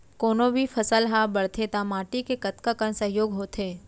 कोनो भी फसल हा बड़थे ता माटी के कतका कन सहयोग होथे?